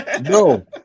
No